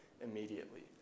Immediately